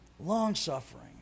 Long-suffering